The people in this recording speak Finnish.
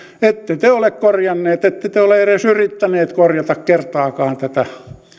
ette te ole korjanneet ette te ole edes yrittäneet korjata kertaakaan tätä